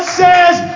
says